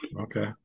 Okay